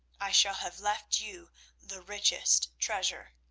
i shall have left you the richest treasure.